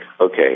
okay